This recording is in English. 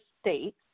states